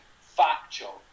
factual